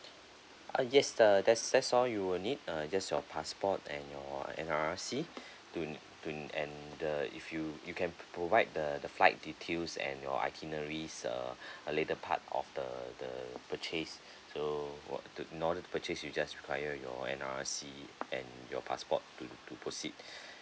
uh yes uh that's that's all you will need uh just your passport and your N_R_I_C to to and the if you you can provide the the flight details and your itineraries uh uh later part of the the purchase so to in order to purchase you just require your N_R_I_C and your passport to to proceed